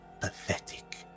Pathetic